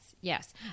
yes